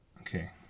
Okay